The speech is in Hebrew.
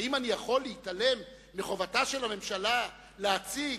האם אני יכול להתעלם מחובתה של הממשלה להציג